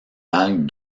algues